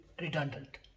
redundant